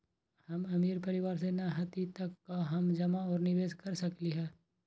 हम अमीर परिवार से न हती त का हम जमा और निवेस कर सकली ह?